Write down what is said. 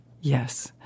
Yes